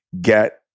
get